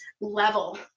level